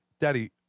Daddy